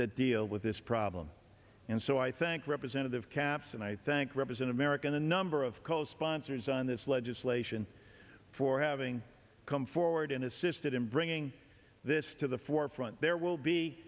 that deal with this problem and so i thank representative caps and i thank represent american a number of co sponsors on this legislation for having come forward and assisted in bringing this to the forefront there will be